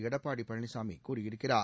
எடப்பாடி பழனிசாமி கூறியிருக்கிறார்